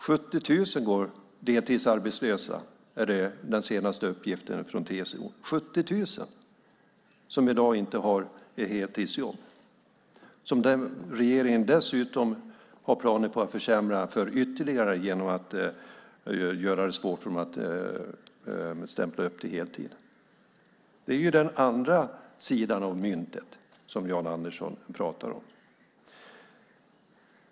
70 000 går deltidsarbetslösa, är den senaste uppgiften från TCO, 70 000 som i dag inte har heltidsjobb och som regeringen dessutom har planer på att försämra för ytterligare genom att göra det svårt för dem att stämpla upp till heltid. Det är ju den andra sidan av det mynt som Jan Andersson pratar om.